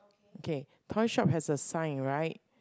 okay toy shop has a sign right